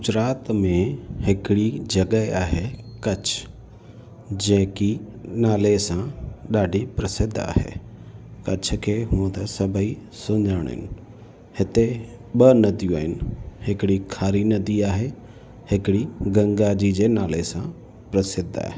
गुजरात में हिकिड़ी जॻहि आहे कच्छ जेकी नाले सां ॾाढी प्रसिद्ध आहे कच्छ खे हुंअ त सभई सुञाणनि हिते ॿ नदियूं आहिनि हिकिड़ी खारी नदी आहे हिकिड़ी गंगा जी जे नाले सां प्रसिद्ध आहे